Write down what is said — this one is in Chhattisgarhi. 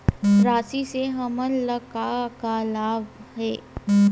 राशि से हमन ला का लाभ हे?